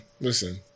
listen